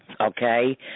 Okay